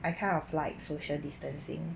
I kind of like social distancing